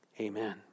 Amen